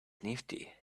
nifty